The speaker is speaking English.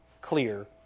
clear